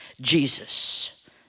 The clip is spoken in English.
Jesus